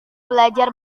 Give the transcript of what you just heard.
belajar